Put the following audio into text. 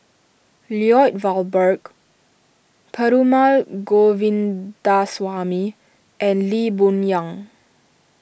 Lloyd Valberg Perumal Govindaswamy and Lee Boon Yang